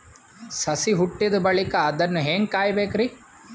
ಸಸಿ ಹುಟ್ಟಿದ ಬಳಿಕ ಅದನ್ನು ಹೇಂಗ ಕಾಯಬೇಕಿರಿ?